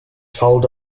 followed